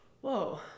whoa